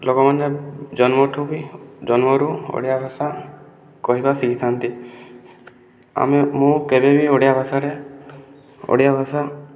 ଲୋକମାନେ ଜନ୍ମଠୁ ବି ଜନ୍ମରୁ ଓଡ଼ିଆ ଭାଷା କହିବା ଶିଖିଥାନ୍ତି ଆମେ ମୁଁ କେବେ ବି ଓଡ଼ିଆ ଭାଷାରେ ଓଡ଼ିଆ ଭାଷା